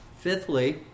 Fifthly